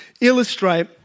illustrate